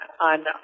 on